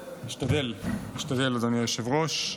אשתדל, אשתדל, אדוני היושב-ראש.